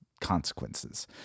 consequences